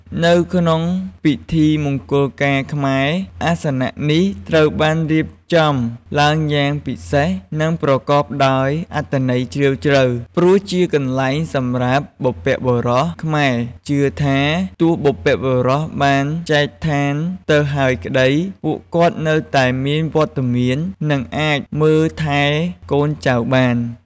នៅក្នុងពិធីមង្គលការខ្មែរ អាសនៈនេះត្រូវបានរៀបចំឡើងយ៉ាងពិសេស និងប្រកបដោយអត្ថន័យជ្រាលជ្រៅ ព្រោះជាកន្លែងសម្រាប់បុព្វបុរស ខ្មែរជឿថាទោះបុព្វបុរសបានចែកឋានទៅហើយក្តី ពួកគាត់នៅតែមានវត្តមាន និងអាចមើលថែកូនចៅបាន។